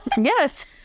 Yes